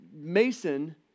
mason